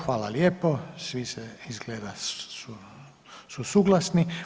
Hvala lijepo, svi se izgleda su suglasni.